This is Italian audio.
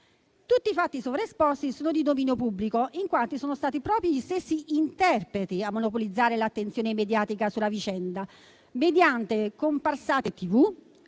Tutti i fatti sovraesposti sono di dominio pubblico, in quanto sono stati proprio gli stessi interpreti a monopolizzare l'attenzione mediatica sulla vicenda, mediante comparsate in